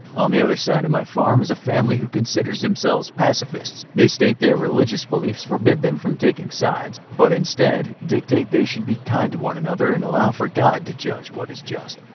on the other side of my farm is a family who considers themselves pacifists. they state their religious beliefs forbid them from taking sides, but instead, dictate they should be kind to one another and allow for god to judge what is just.